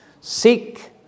Seek